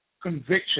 conviction